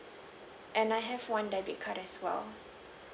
and I have one debit card as well